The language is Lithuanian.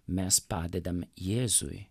mes padedam jėzui